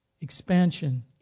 expansion